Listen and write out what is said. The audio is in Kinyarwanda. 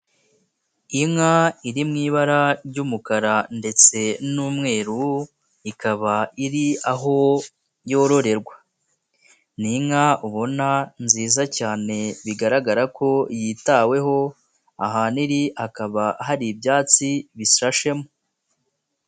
Inka iri mu ibara ry'umukara ndetse n'umweru, ikaba iri aho yororerwa. Ni inka ubona nziza cyane bigaragara ko yitaweho ,ahantu iri hakaba hari ibyatsi bisashemo.